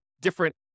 different